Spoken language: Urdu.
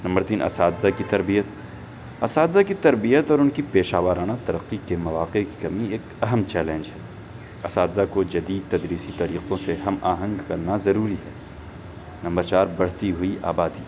نمبر تین اساتذہ کی تربیت اساتذہ کی تربیت اور ان کی پیشہ ورانہ ترقی کے مواقع کی کمی ایک اہم چیلنج ہے اساتذہ کو جدید تدریسی طریقوں سے ہم آہنگ کرنا ضروری ہے نمبر چار بڑھتی ہوئی آبادی